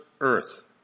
earth